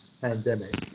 pandemic